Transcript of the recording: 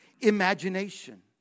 imagination